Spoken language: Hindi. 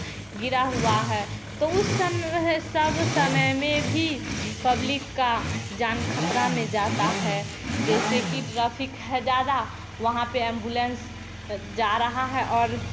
गिरा हुआ है तो उस समय सब समय में भी पब्लिक का जान खतरा में जाता है जैसे कि ट्रैफिक है ज़्यादा वहाँ पर एंबुलेंस जा रहा है और